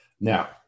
Now